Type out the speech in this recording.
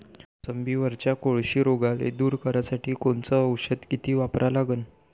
मोसंबीवरच्या कोळशी रोगाले दूर करासाठी कोनचं औषध किती वापरा लागन?